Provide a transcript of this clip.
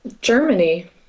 Germany